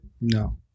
No